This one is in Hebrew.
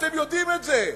אתם יודעים את זה.